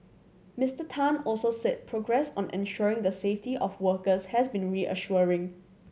Mister Tan also said progress on ensuring the safety of workers has been reassuring